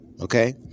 Okay